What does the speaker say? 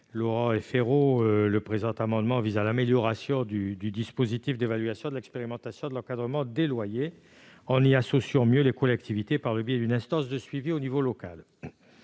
précédents, le présent amendement vise à améliorer le dispositif d'évaluation de l'expérimentation de l'encadrement des loyers, en y associant mieux les collectivités par le biais d'une instance de suivi au niveau local.